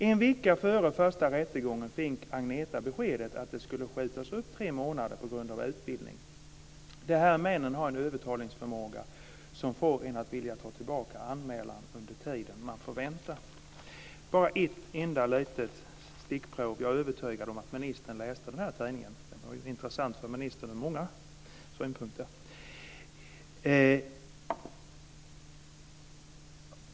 En vecka före den första rättegången fick Agneta beskedet att den skulle skjutas upp tre månader på grund av utbildning. - De här männen har en övertalningsförmåga som får en att vilja ta tillbaka anmälan under tiden man får vänta." Detta är ett enda litet stickprov. Jag är övertygad om att ministern läste den här tidningen. Den var ju intressant för ministern med många synpunkter.